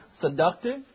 seductive